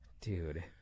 dude